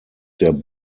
der